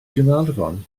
gaernarfon